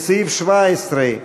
לסעיף 17,